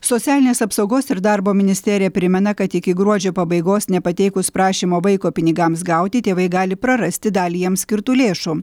socialinės apsaugos ir darbo ministerija primena kad iki gruodžio pabaigos nepateikus prašymo vaiko pinigams gauti tėvai gali prarasti dalį jiems skirtų lėšų